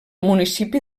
municipi